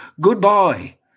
Goodbye